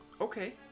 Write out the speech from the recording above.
okay